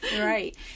Right